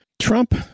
Trump